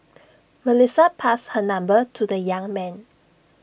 Melissa passed her number to the young man